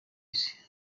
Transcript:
isi